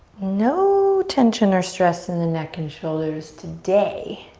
no tension or stress in the neck and shoulders today.